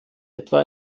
etwa